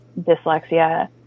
dyslexia